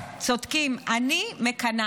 צודקים, אני מקנאה.